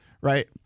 right